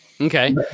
okay